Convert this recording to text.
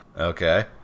Okay